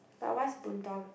but what's